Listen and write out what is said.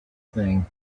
thing